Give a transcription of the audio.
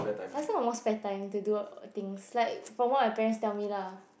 last time got more spare time to do things like from what my parents tell me lah